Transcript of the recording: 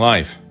Life